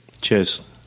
Cheers